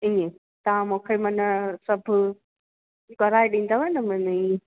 ईअं तव्हां मूंखे मना सभु कराए ॾींदव न मना ईअं